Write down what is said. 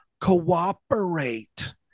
cooperate